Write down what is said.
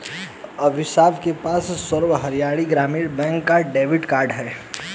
अमीषा के पास सर्व हरियाणा ग्रामीण बैंक का डेबिट कार्ड है